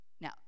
Now